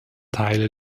teile